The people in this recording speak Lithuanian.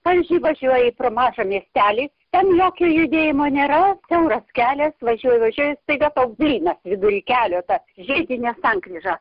pavyzdžiui važiuoji pro mažą miestelį ten jokio judėjimo nėra siauras kelias važiuoji važiuoji staiga tau blynas vidury kelio ta žiedinė sankryža